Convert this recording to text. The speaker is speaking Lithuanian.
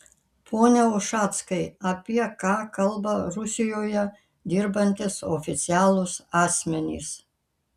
pone ušackai apie ką kalba rusijoje dirbantys oficialūs asmenys